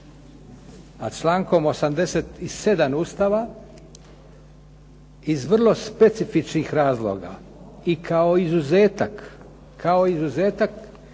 A člankom 87. Ustava iz vrlo specifičnih razloga i kao izuzetak Hrvatski